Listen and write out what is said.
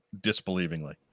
disbelievingly